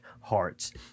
hearts